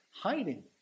hiding